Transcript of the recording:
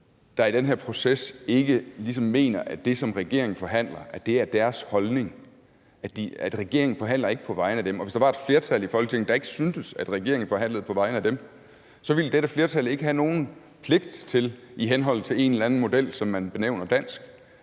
der i den her proces ikke ligesom mener, at det, som regeringen forhandler, er deres holdning; altså, regeringen forhandler ikke på vegne af dem. Og hvis der var et flertal i Folketinget, der ikke syntes, at regeringen forhandlede på vegne af dem, så ville dette flertal ikke have nogen pligt til i henhold til en eller anden model, som man benævner dansk,